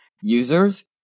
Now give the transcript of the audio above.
users